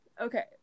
okay